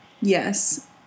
Yes